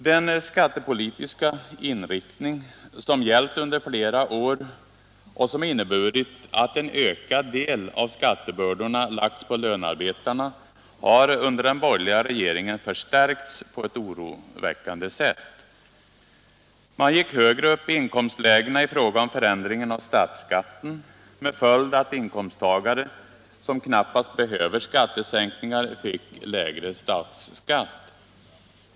Den skattepolitiska inriktning som gällt under flera år och som inneburit att en ökad del av skattebördan lagts på lönarbetarna har under den borgerliga regeringen förstärkts på ett oroväckande sätt. Man gick högre upp i inkomstlägena i fråga om förändring av statsskatten, med följd att inkomsttagare som knappast behöver skattesänkningar fick lägre statsskatt.